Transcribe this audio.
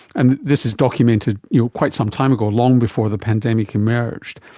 and this is documented you know quite some time ago, long before the pandemic emerged.